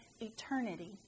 eternity